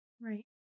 Right